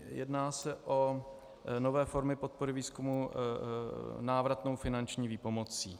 Jedná se o nové formy podpory výzkumu návratnou finanční výpomocí.